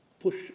push